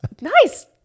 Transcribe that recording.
nice